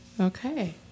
Okay